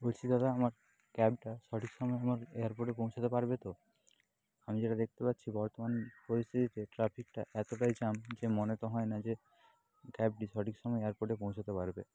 বলছি দাদা আমার ক্যাবটা সঠিক সময়ে আমাকে এয়ারপোর্টে পৌঁছতে পারবে তো আমি যেটা দেখতে পাচ্ছি বর্তমান পরিস্থিতিতে ট্রাফিকটা এতটাই জ্যাম যে মনে তো হয় না যে ক্যাবটি সঠিক সময়ে এয়ারপোর্টে পৌঁছোতে পারবে